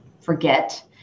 forget